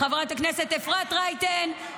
חברת הכנסת אפרת רייטן,